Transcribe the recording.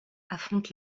affronte